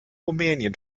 rumänien